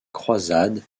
croisade